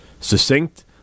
succinct